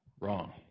Wrong